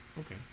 Okay